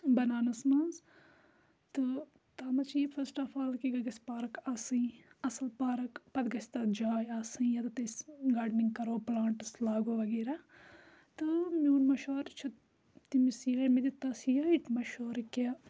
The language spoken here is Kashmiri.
بَناونَس منٛز تہٕ تَتھ منٛز چھِ یہِ فٔسٹ آف آل کہِ گژھِ پارک آسٕنۍ اَصٕل پارَک پَتہٕ گژھِ تَتھ جاے آسٕنۍ یَتَتھ أسۍ گاڈنِنٛگ کَرو پٕلانٛٹٕس لاگو وغیرہ تہٕ میون مشوَرٕ چھُ تٔمِس یِہوٚے مےٚ دِتَ تَس یِہوٚے مشہوٗر کہِ